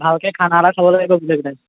ভালকৈ খানা এটা খাব লাগিব গোটেইকেইটাই